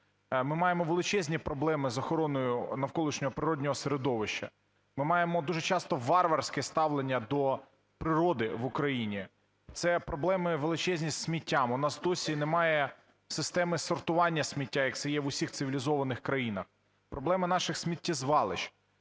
Ми маємо величезні проблеми з охороною навколишнього природного середовища. Ми маємо дуже часто варварське ставлення до природи в Україні. Це проблеми величезні зі сміттям: у нас досі немає системи сортування сміття, як це є в усіх цивілізованих країнах. Проблеми наших сміттєзвалищ,